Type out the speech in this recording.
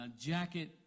jacket